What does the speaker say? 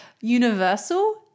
universal